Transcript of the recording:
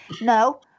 no